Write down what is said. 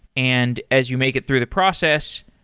and as you make it through the process,